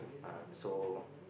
uh so